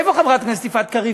איפה חברת הכנסת יפעת קריב,